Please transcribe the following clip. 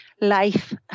life